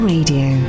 Radio